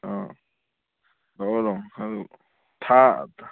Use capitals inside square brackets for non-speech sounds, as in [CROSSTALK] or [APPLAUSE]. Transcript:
ꯑꯥ ꯂꯥꯛꯑꯣ ꯂꯥꯛꯑꯣ [UNINTELLIGIBLE] ꯊꯥ